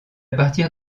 partir